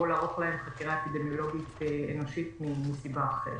לערוך להם חקירה אפידמיולוגית אנושית מסיבה אחרת.